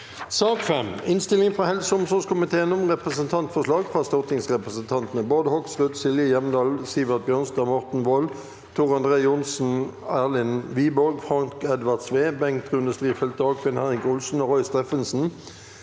2023 Innstilling fra helse- og omsorgskomiteen om Representantforslag fra stortingsrepresentantene Bård Hoksrud, Silje Hjemdal, Sivert Bjørnstad, Morten Wold, Tor André Johnsen, Erlend Wiborg, Frank Edvard Sve, Bengt Rune Strifeldt, Dagfinn Henrik Olsen og Roy Steffensen